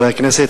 חברי הכנסת,